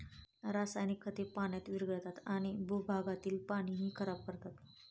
रासायनिक खते पाण्यात विरघळतात आणि भूगर्भातील पाणीही खराब करतात